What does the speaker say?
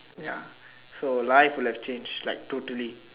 ya so life would have change like two three